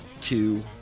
two